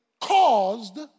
caused